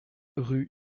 rue